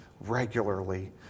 regularly